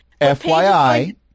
FYI